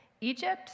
Egypt